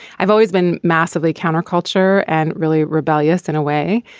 i've always been massively counterculture and really rebellious in a way.